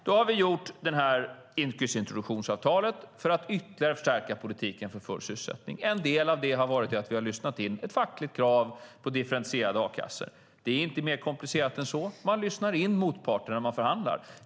Då har vi gjort det här yrkesintroduktionsavtalet för att ytterligare förstärka politiken för full sysselsättning. En del av det har varit att vi har lyssnat in ett fackligt krav på en differentierad a-kassa. Det är inte mer komplicerat än så. Man lyssnar in vad motparten har att säga när man förhandlar.